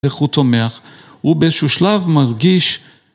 איך הוא צומח, הוא באיזשהו שלב מרגיש